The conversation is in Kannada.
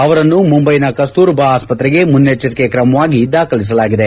ಅವರನ್ನು ಮುಂಬೈನ ಕಸ್ತೂರಬಾ ಆಸ್ಪತ್ರೆಗೆ ಮುನೈಜ್ಞರಿಕೆ ಕ್ರಮವಾಗಿ ದಾಖಲಿಸಲಾಗಿದೆ